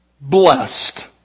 blessed